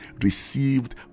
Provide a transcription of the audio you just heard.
received